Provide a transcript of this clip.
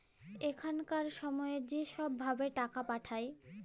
এখলকার ছময়ে য ছব ভাবে টাকাট পাঠায়